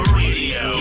radio